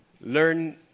learn